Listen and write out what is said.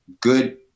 good